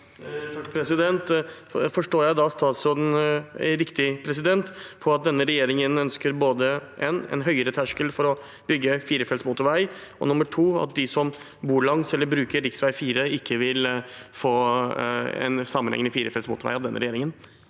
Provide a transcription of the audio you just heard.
Forstår jeg da statsråden riktig, at denne regjeringen ønsker både en høyere terskel for å bygge firefelts motorvei og at de som bor langs eller bruker rv. 4, ikke vil få en sammenhengende firefelts motorvei av denne regjeringen?